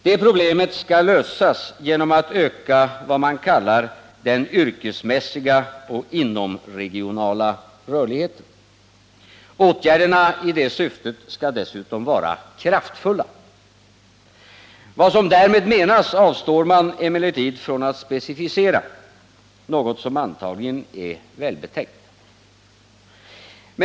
Detta problem skall lösas genom att öka vad man kallar den yrkesmässiga och inomregionala rörligheten. Åtgärderna i detta syfte skall dessutom vara kraftfulla. Vad som därmed menas avstår man emellertid från att specificera — något som antagligen är välbetänkt.